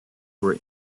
were